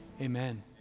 amen